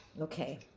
Okay